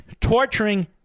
torturing